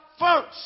First